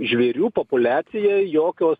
žvėrių populiacijai jokios